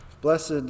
Blessed